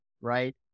right